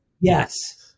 yes